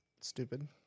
Stupid